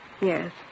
Yes